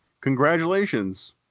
congratulations